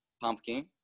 pumpkin